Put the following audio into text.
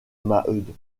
maheude